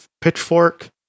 pitchfork